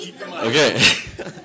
okay